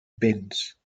vents